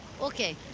Okay